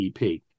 EP